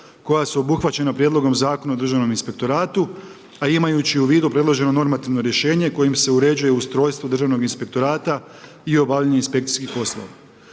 koja su obuhvaćena Prijedlogom Zakona o državnom inspektoratu, a imajući u vidu predloženo normativno rješenje kojim se uređuje ustrojstvo Državnog inspektorata i obavljanje inspekcijskih poslova.